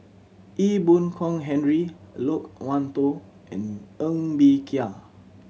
Ee Boon Kong Henry Loke Wan Tho and Ng Bee Kia